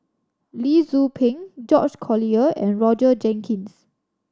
Lee Tzu Pheng George Collyer and Roger Jenkins